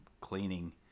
cleaning